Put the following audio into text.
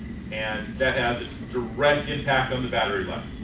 and that has a direct impact on the battery life.